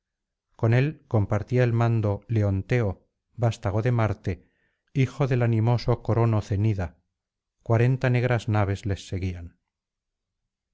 con él compartía el mando leonteo vastago de marte hijo del animoso corono ceñida cuarenta negras naves les seguían